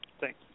Thanks